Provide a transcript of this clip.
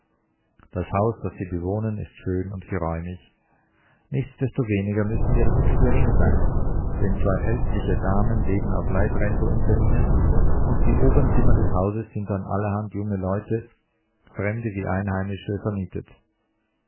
das haus das sie bewohnen ist schön und geräumig nichtsdestoweniger müssen ihre mittel gering sein denn zwei ältliche damen leben auf leibrente unter ihnen und die obern zimmer des hauses sind an allerhand junge leute fremde wie einheimische vermietet